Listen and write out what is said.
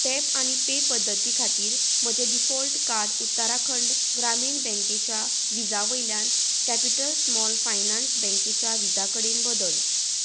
tap आनी pay पद्दती खातीर म्हजें डिफॉल्ट कार्ड उत्तराखंड ग्रामीण बँकेच्या विजा वयल्यान कॅपिटल्स स्मॉल फायनान्स बँकेच्या विजा कडेन बदल